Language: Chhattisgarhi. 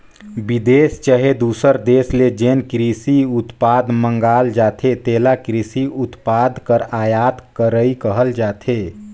बिदेस चहे दूसर देस ले जेन किरसी उत्पाद मंगाल जाथे तेला किरसी उत्पाद कर आयात करई कहल जाथे